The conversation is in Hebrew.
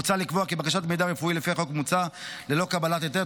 מוצע לקבוע כי בקשת מידע רפואי לפי החוק המוצע ללא קבלת היתר,